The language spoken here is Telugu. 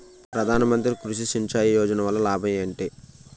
ప్రధాన మంత్రి కృషి సించాయి యోజన వల్ల లాభం ఏంటి?